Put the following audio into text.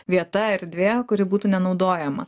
vieta erdvė kuri būtų nenaudojama